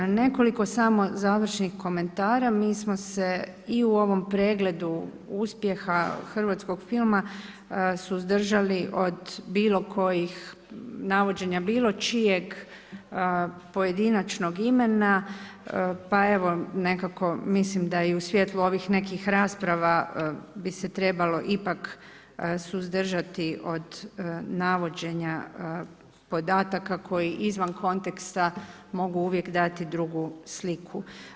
Nekoliko samo završnih komentara, mi smo i u ovom pregledu uspjeha hrvatskog filma suzdržali od bilokojih navođenja bilo čijeg pojedinačnog imena pa evo nekako mislim da i u svjetlu ovih nekih rasprava bi se trebalo ipak suzdržati od navođenja podataka koji izvan konteksta mogu uvijek dati drugu sliku.